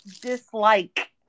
dislike